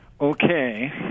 okay